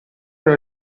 non